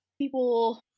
People